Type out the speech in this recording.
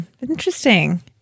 Interesting